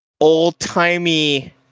old-timey